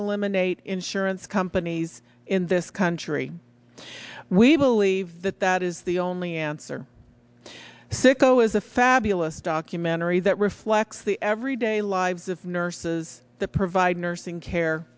eliminate insurance companies in this country we believe that that is the only answer sicko is a fabulous documentary that reflects the everyday lives of nurses the provide nursing care